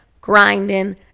grinding